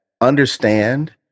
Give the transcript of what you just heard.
understand